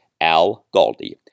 ALGALDI